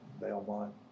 Belmont